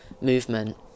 movement